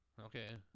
Okay